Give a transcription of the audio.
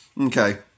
okay